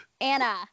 Anna